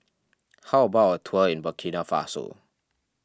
how about a tour in Burkina Faso